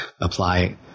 apply